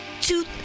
two